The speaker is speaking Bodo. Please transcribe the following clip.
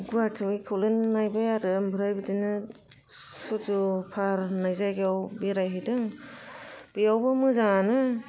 गुवाहातियाव एक'लेण्ड नायबाय आरो ओमफ्राय बिदिनो सुरज' फाहार होननाय जायगायाव बेरायहैदों बेयावबो मोजाङानो